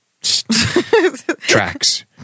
tracks